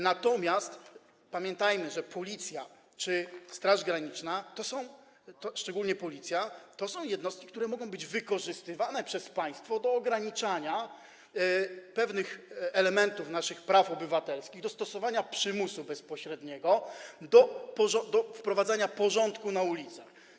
Natomiast pamiętajmy, że Policja czy Straż Graniczna, szczególnie Policja, to są jednostki, które mogą być wykorzystywane przez państwo do ograniczania pewnych elementów naszych praw obywatelskich, do stosowania przymusu bezpośredniego, do wprowadzania porządku na ulicach.